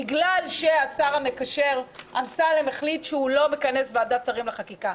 בגלל שהשר המקשר אמסלם החליט שהוא לא מכנס ועדת שרים לחקיקה.